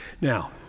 Now